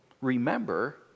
remember